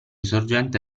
sorgente